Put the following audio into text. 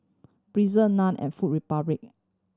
Breezer Nan and Food Republic